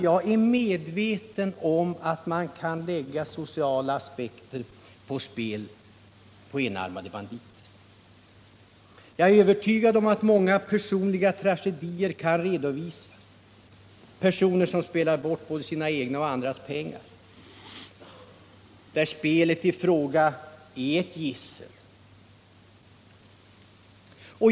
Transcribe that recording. Jag är medveten om att man kan anlägga sociala aspekter på spel med enarmade banditer och är övertygad om att många personliga tragedier kan redovisas. Det finns personer som spelar bort både sina egna och andras pengar. Där är spelet i fråga ett gissel.